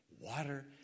water